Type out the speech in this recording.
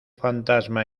fantasma